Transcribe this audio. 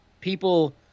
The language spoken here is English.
people